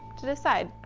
to the side.